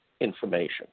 information